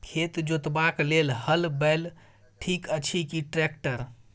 खेत जोतबाक लेल हल बैल ठीक अछि की ट्रैक्टर?